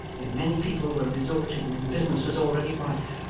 where many people were resorting, and business was already rife.